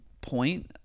point